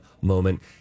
moment